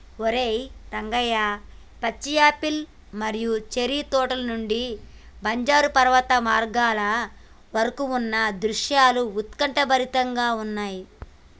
ఓరై రంగయ్య పచ్చి యాపిల్ మరియు చేర్రి తోటల నుండి బంజరు పర్వత మార్గాల వరకు ఉన్న దృశ్యాలు ఉత్కంఠభరితంగా ఉన్నయి